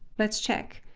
let's check.